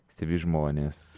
stebi žmones